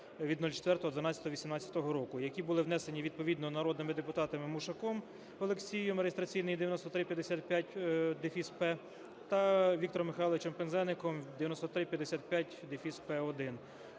від 04.12.2018 року), які були внесені відповідно народними депутатами Мушаком Олексієм (реєстраційний 9355-П) та Віктором Михайловичем Пинзеником (9355-П1).